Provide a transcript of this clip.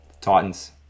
Titans